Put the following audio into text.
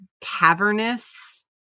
cavernous